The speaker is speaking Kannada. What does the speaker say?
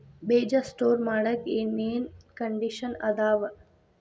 ಬೇಜ ಸ್ಟೋರ್ ಮಾಡಾಕ್ ಏನೇನ್ ಕಂಡಿಷನ್ ಅದಾವ?